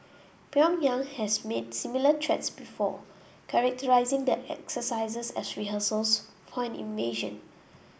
Pyongyang has made similar threats before characterising the exercises as rehearsals for an invasion